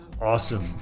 awesome